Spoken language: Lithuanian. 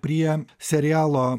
prie serialo